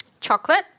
Chocolate